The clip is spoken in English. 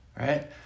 Right